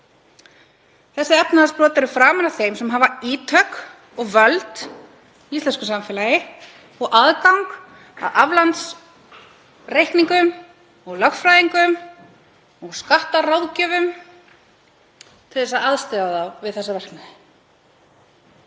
Þessi efnahagsbrot eru framin af þeim sem hafa ítök og völd í íslensku samfélagi og aðgang að aflandsreikningum, lögfræðingum og skattaráðgjöfum til að aðstoða þá við þessa verknaði.